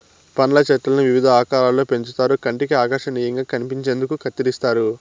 పండ్ల చెట్లను వివిధ ఆకారాలలో పెంచుతారు కంటికి ఆకర్శనీయంగా కనిపించేందుకు కత్తిరిస్తారు